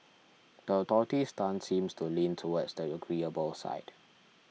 the authorities' stance seems to lean towards the agreeable side